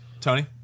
Tony